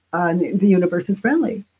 and the universe is friendly.